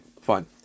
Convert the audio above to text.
fine